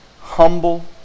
humble